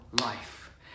life